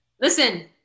Listen